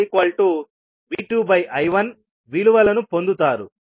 విలువలను పొందుతారు